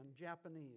Japanese